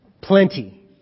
Plenty